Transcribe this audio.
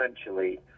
essentially